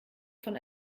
von